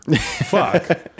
fuck